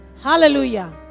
Hallelujah